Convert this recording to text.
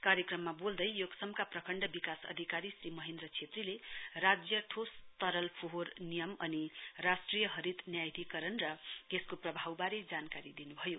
कार्यक्रममा बोल्दै योक्समका प्रखण्ड विकास अधिकारी श्री महेन्द्र छेत्रीले राज्य ठोस् तरल फोहोर नियम अनि राष्ट्रिय हरित न्यायाधिकरण र यसको प्रभावबारे जानकारी दिनु भयो